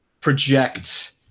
project